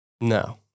No